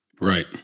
Right